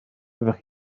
oeddech